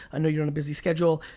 i know you're on a busy schedule.